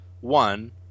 one